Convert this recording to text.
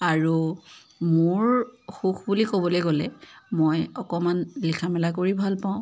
আৰু মোৰ সুখ বুলি ক'বলৈ গ'লে মোৰ অকণমান লিখা মেলা কৰি ভাল পাওঁ